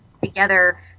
together